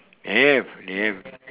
have they have